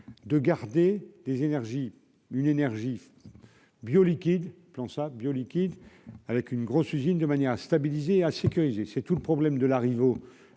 des énergies une énergie bio liquide Plensa bio liquide avec une grosse usine de manière à stabiliser à sécuriser, c'est tout le problème de la rivaux